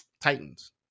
titans